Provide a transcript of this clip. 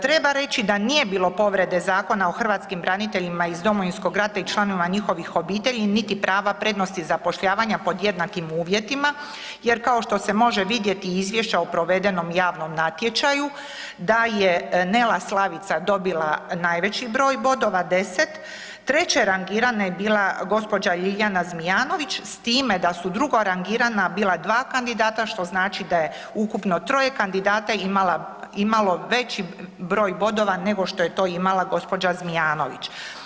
Treba reći da nije bilo povrede Zakona o hrvatskim braniteljima iz Domovinskog rata i članovima njihovih obitelji, niti prava prednosti zapošljavanja pod jednakim uvjetima jer kao što se može vidjeti iz izvješća o provedenom javnom natječaju da je Nela Slavica dobila najveći broj bodova 10, treća rangirana je bila gđa. Ljiljana Zmijanović s time da su drugo rangirana bila dva kandidata, što znači da je ukupno troje kandidata imala, imalo veći broj bodova nego što je to imala gđa. Zmijanović.